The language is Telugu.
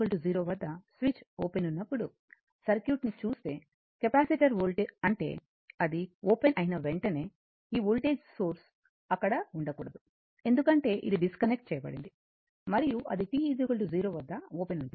మీరు t 0 వద్ద స్విచ్ ఓపెన్ ఉన్నప్పుడు సర్క్యూట్ ని చూస్తే కెపాసిటర్ వోల్ట్ అంటే అది ఓపెన్ అయిన వెంటనే ఈ వోల్టేజ్ సోర్స్ అక్కడ ఉండకూడదు ఎందుకంటే ఇది డిస్కనెక్ట్ చేయబడింది మరియు అది t 0 వద్ద ఓపెన్ ఉంటుంది